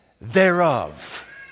thereof